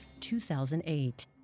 2008